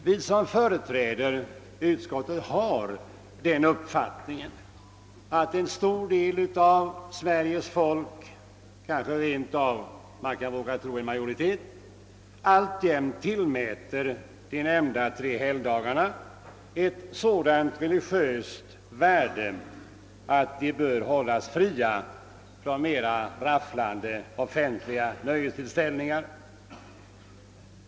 Vi som företräder utskottet har den uppfattningen att en stor del av Sveriges folk, kanske man rent av kan våga tro på en majoritet, alltjämt tillmäter de nämnda tre helgdagarna ett sådant religiöst värde, att de bör hållas fria från mera rafflande offentliga nöjestillställningar.